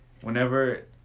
whenever